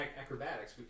acrobatics